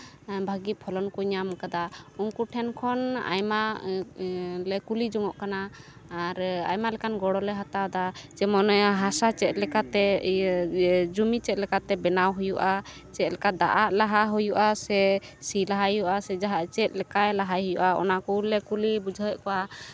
ᱵᱷᱟᱹᱜᱤ ᱯᱷᱚᱞᱚᱱ ᱠᱚ ᱧᱟᱢ ᱠᱟᱫᱟ ᱩᱱᱠᱩ ᱴᱷᱮᱱ ᱠᱷᱚᱱ ᱟᱭᱢᱟᱞᱮ ᱠᱩᱞᱤ ᱡᱚᱱᱚᱜ ᱠᱟᱱᱟ ᱟᱨ ᱟᱭᱢᱟ ᱞᱮᱠᱟᱱ ᱜᱚᱲᱚᱞᱮ ᱦᱟᱛᱟᱣᱫᱟ ᱡᱮᱢᱚᱱ ᱦᱟᱥᱟ ᱪᱮᱫ ᱞᱮᱠᱟᱛᱮ ᱤᱭᱟᱹ ᱡᱚᱢᱤ ᱪᱮᱫ ᱞᱮᱠᱟᱛᱮ ᱵᱮᱱᱟᱣ ᱦᱩᱭᱩᱜᱼᱟ ᱪᱮᱫ ᱞᱮᱠᱟ ᱫᱟᱜ ᱟᱜ ᱞᱟᱦᱟ ᱦᱩᱭᱩᱜᱼᱟ ᱥᱮ ᱥᱤ ᱞᱟᱦᱟ ᱦᱩᱭᱩᱜᱼᱟ ᱥᱮ ᱡᱟᱦᱟᱸ ᱪᱮᱫ ᱞᱮᱠᱟ ᱞᱟᱦᱟᱭ ᱦᱩᱭᱩᱜᱼᱟ ᱚᱱᱟᱠᱚᱞᱮ ᱠᱩᱞᱤ ᱵᱩᱡᱷᱟᱹᱣᱮᱫ ᱠᱚᱣᱟ